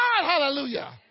Hallelujah